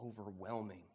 overwhelming